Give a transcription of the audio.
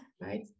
right